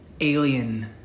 alien